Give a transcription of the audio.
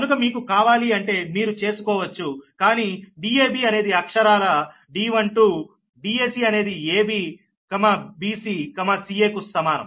కనుక మీకు కావాలి అంటే మీరు చేసుకోవచ్చు కానీ Dab అనేది అక్షరాల D12 Dac అనేది ab bc ca కు సమానం